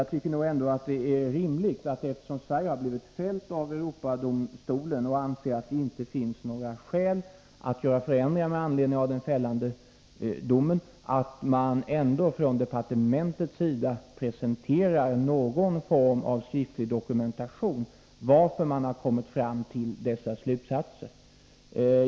Herr talman! Eftersom Sverige har blivit fällt av Europadomstolen och anser att det inte finns några skäl att företa förändringar med anledning av den fällda domen tycker jag nog ändå att det är rimligt att man från departementets sida presenterar någon form av skriftlig dokumentation av hur man har kommit fram till den slutsatsen.